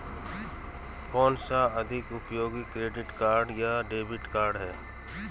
कौनसा अधिक उपयोगी क्रेडिट कार्ड या डेबिट कार्ड है?